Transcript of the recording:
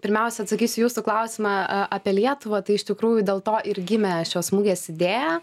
pirmiausia atsakysiu į jūsų klausimą apie lietuvą tai iš tikrųjų dėl to ir gimė šios mugės idėja